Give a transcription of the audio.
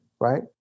right